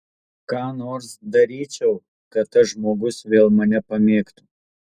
ką nors daryčiau kad tas žmogus vėl mane pamėgtų